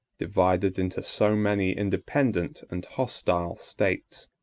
divided into so many independent and hostile states.